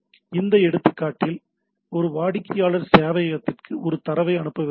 இந்த எடுத்துக்காட்டில் ஒரு வாடிக்கையாளர் சேவையகத்திற்கு ஒரு தரவை அனுப்ப விரும்புகிறார்